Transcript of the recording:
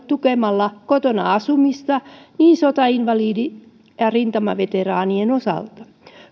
tukemalla kotona asumista sotainvalidien ja rintamaveteraanien osalta